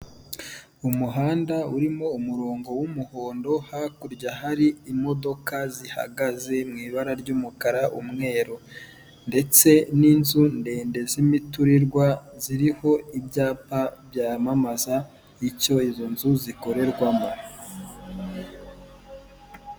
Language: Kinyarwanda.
Umuhanda urimo umurongo w'umuhondoa hakurya hari imodoka zihagaze mwibara ry'umukara umweru ndetse ninzu ndende zimiturirwa ziriho ibyapa byamamaza icyo izo nzu zikorerwamo.